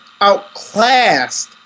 outclassed